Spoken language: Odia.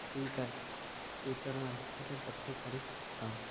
ଦେଇପାରୁ ଟ୍ୱିଟର୍ ମାଧ୍ୟମରେ ପଠାଇପାରିଥାଉ